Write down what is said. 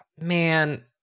man